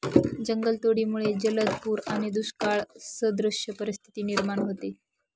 जंगलतोडीमुळे जलद पूर आणि दुष्काळसदृश परिस्थिती निर्माण होते